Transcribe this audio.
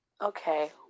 Okay